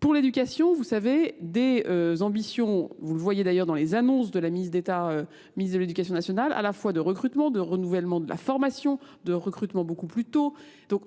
Pour l'éducation, vous savez, des ambitions, vous le voyez d'ailleurs dans les annonces de la ministre de l'Éducation nationale, à la fois de recrutement, de renouvellement de la formation, de recrutement beaucoup plus tôt. Donc